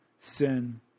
sin